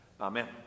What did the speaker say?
Amen